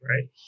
right